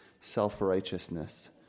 self-righteousness